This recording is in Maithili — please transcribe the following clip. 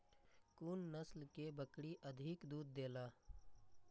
कुन नस्ल के बकरी अधिक दूध देला?